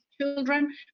children